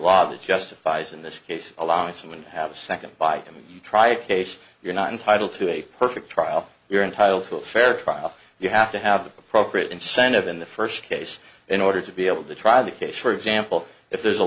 law that justifies in this case alonso would have second by him try a case you're not entitled to a perfect trial you're entitled to a fair trial you have to have the appropriate incentive in the first case in order to be able to try the case for example if there's a